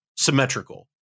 symmetrical